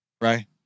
right